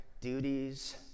duties